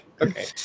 okay